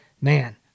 man